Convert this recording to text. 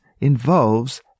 involves